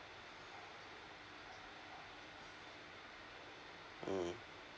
mm